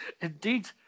Indeed